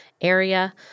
area